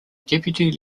deputy